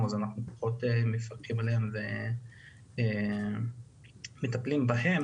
אז אנחנו פחות מפקחים עליהן ומטפלים בהן.